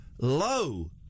Lo